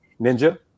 Ninja